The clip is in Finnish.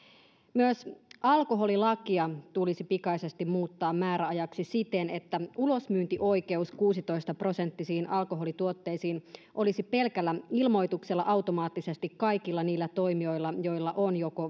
myös alkoholilakia tulisi pikaisesti muuttaa määräajaksi siten että ulosmyyntioikeus kuusitoista prosenttisiin alkoholituotteisiin olisi pelkällä ilmoituksella automaattisesti kaikilla niillä toimijoilla joilla on joko